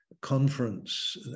conference